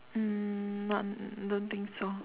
um none don't think so